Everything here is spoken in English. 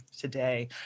today